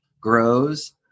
grows